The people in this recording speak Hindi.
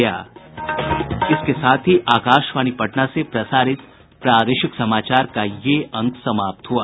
इसके साथ ही आकाशवाणी पटना से प्रसारित प्रादेशिक समाचार का ये अंक समाप्त हुआ